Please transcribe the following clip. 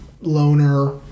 loner